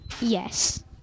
Yes